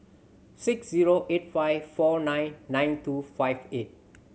six zero eight five four nine nine two five eight